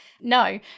No